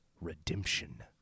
redemption